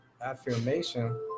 affirmation